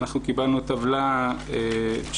אנחנו קיבלנו טבלה שמתייחסת